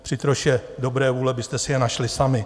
Při troše dobré vůle byste si je našli sami.